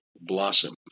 blossom